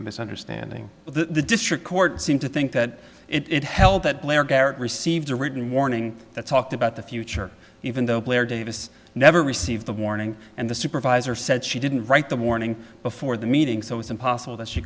misunderstanding the district court seem to think that it held that blair garrett received a written warning that talked about the future even though blair davis never received the warning and the supervisor said she didn't write the warning before the meeting so it's impossible that she